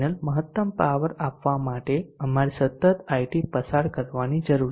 panel મહત્તમ power આપવા માટે અમારે સતત IT પસાર કરવાની જરૂર છે